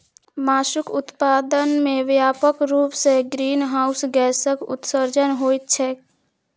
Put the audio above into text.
मासुक उत्पादन मे व्यापक रूप सं ग्रीनहाउस गैसक उत्सर्जन होइत छैक